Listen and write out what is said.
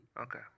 Okay